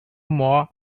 more